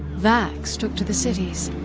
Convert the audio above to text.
vax took to the cities,